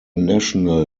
national